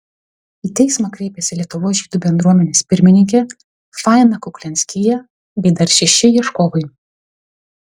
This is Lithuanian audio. į teismą kreipėsi lietuvos žydų bendruomenės pirmininkė faina kuklianskyje bei dar šeši ieškovai